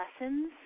lessons